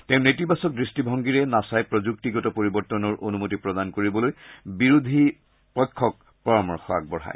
তেওঁ নেতিবাচক দৃষ্টিভংগীৰে নাচাই প্ৰযুক্তিগত পৰিৱৰ্তনৰ অনুমতি প্ৰদান কৰিবলৈ বিৰোধী পক্ষক পৰামৰ্শ আগবঢ়ায়